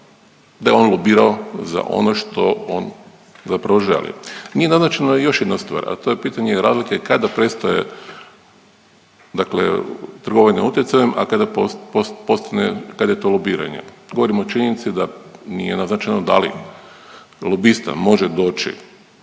da je on lobirao za ono što on zapravo želi. Nije naznačena još jedna stvar, a to je pitanje razlike kada prestaje dakle trgovanje utjecajem, a kada postane, kad je to lobiranje. Govorim o činjenici da nije naznačeno da li lobista može doći